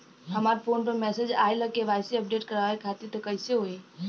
हमरा फोन पर मैसेज आइलह के.वाइ.सी अपडेट करवावे खातिर त कइसे होई?